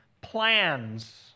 plans